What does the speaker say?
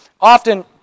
often